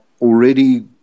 already